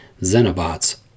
Xenobots